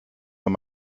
von